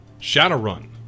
Shadowrun